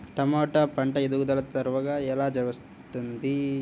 టమాట పంట ఎదుగుదల త్వరగా ఎలా వస్తుంది?